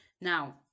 now